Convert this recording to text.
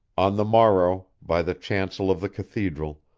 on the morrow, by the chancel of the cathedral,